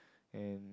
and